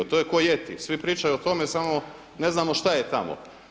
To je kao jeti, svi pričaju o tome samo ne znamo šta je tamo.